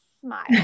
smile